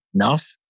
enough